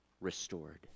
restored